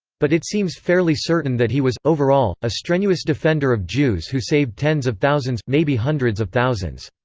but it seems fairly certain that he was, overall, a strenuous defender of jews who saved tens of thousands, maybe hundreds of thousands.